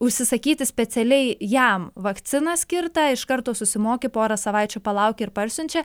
užsisakyti specialiai jam vakciną skirtą iš karto susimoki porą savaičių palauki ir parsiunčia